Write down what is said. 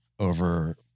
over